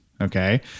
Okay